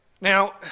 now